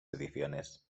ediciones